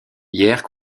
hyères